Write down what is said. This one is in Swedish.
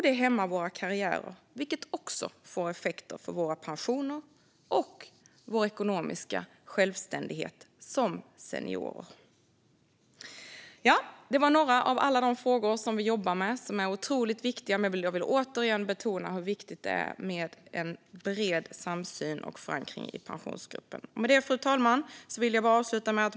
Det hämmar våra karriärer, vilket också får effekter på våra pensioner och vår ekonomiska självständighet som seniorer. De var några av alla de frågor som vi jobbar med. De är otroligt viktiga, men jag vill återigen betona hur viktigt det är med bred samsyn och förankring i Pensionsgruppen. Fru talman!